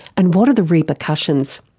and what are the repercussions?